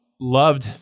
loved